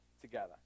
together